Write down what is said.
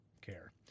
care